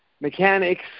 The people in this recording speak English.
mechanics